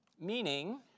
Meaning